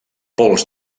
pols